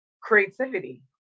creativity